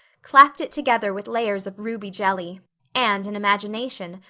clapped it together with layers of ruby jelly and, in imagination,